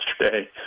yesterday